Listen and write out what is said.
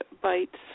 bites